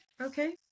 okay